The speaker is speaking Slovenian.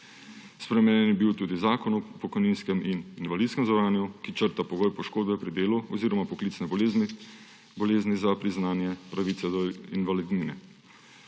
Spremenjen je bil tudi Zakon o pokojninskem in invalidskem zavarovanju, ki črta pogoj poškodbe pri delu oziroma poklicne bolezni za priznanje pravice do invalidnine.